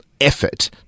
effort